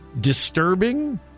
Disturbing